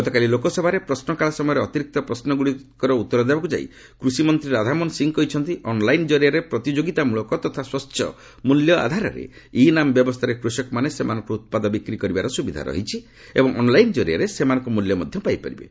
ଗତକାଲି ଲୋକସଭାରେ ପ୍ରଶ୍ନକାଳ ସମୟରେ ଅତିରିକ୍ତ ପ୍ରଶ୍ୱଗୁଡ଼ିକର ଉତ୍ତର ଦେବାକୁ ଯାଇ କୃଷି ମନ୍ତ୍ରୀ ରାଧାମୋହନ ସିଂହ କହିଛନ୍ତି ଅନ୍ଲାଇନ୍ ଜରିଆରେ ପ୍ରତିଯୋଗିତାମୂଳକ ତଥା ସ୍ୱଚ୍ଚ ମୂଲ୍ୟ ଆଧାରରେ ଇ ନାମ୍ ବ୍ୟବସ୍ଥାରେ କୃଷକମାନେ ସେମାନଙ୍କର ଉତ୍ପାଦ ବିକ୍ରି କରିବାର ସୁବିଧା ରହିଛି ଏବଂ ଅନ୍ଲାଇନ୍ ଜରିଆରେ ସେମାନଙ୍କ ମୂଲ୍ୟ ମଧ୍ୟ ପାଇପାରିବେ